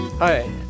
Hi